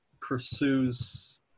pursues